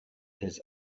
his